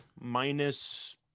minus